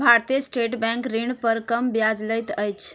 भारतीय State Bank ऋण पर कम ब्याज लैत अछि